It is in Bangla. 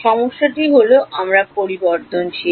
সমস্যাটি হল আমার পরিবর্তনশীল